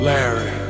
Larry